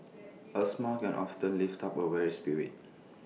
A smile can often lift up A weary spirit